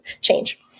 change